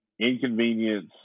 inconvenience